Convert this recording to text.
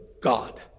God